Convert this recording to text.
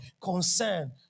concern